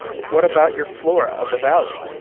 what about your flora of the valley?